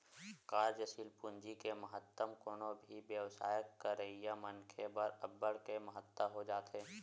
कार्यसील पूंजी के महत्तम कोनो भी बेवसाय करइया मनखे बर अब्बड़ के महत्ता हो जाथे